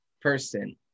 person